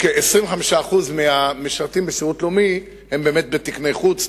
כ-25% מהמשרתים בשירות לאומי הם בתקני-חוץ,